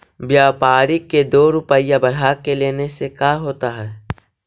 व्यापारिक के दो रूपया बढ़ा के लेने से का होता है?